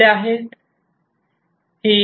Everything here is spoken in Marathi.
तर ही पिसेट व्हॅल्यूज आहेत